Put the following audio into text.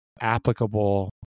applicable